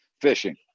fishing